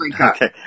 Okay